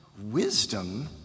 wisdom